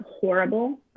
horrible